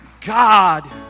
god